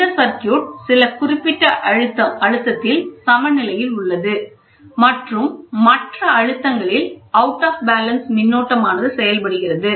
இந்த சர்க்யூட் சில குறிப்பிட்ட அழுத்தத்தில் சமநிலையில் உள்ளது மற்றும் மற்ற அழுத்தங்களில் அவுட் ஆஃப் பேலன்ஸ் மின்னோட்டமானது பயன்படுகிறது